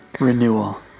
renewal